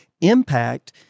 impact